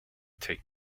take